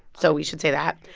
so we should say that.